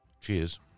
Cheers